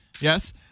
yes